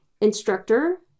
instructor